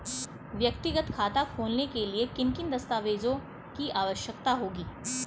व्यक्तिगत खाता खोलने के लिए किन किन दस्तावेज़ों की आवश्यकता होगी?